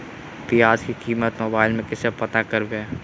प्याज की कीमत मोबाइल में कैसे पता करबै?